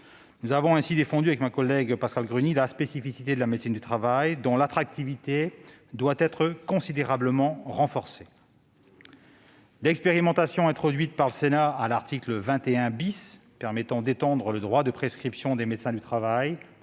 Nous avons ainsi défendu avec ma collègue Pascale Gruny la spécificité de la médecine du travail, dont l'attractivité doit être considérablement renforcée. L'expérimentation introduite par le Sénat à l'article 21 permettant d'étendre dans trois régions le droit de prescription des médecins du travail